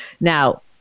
Now